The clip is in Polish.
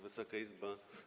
Wysoka Izbo!